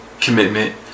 commitment